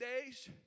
days